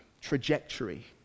trajectory